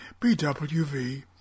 BWV